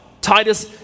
Titus